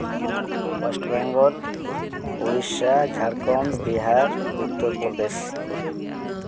West Bengal Odisha Jharkhand Bihar Uttar Pradesh